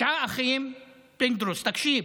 פינדרוס, תקשיב.